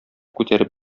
күтәреп